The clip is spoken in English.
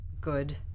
Good